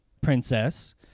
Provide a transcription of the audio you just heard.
princess